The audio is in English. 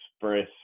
Express